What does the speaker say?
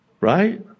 right